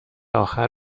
آخر